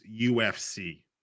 UFC